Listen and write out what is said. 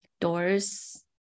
doors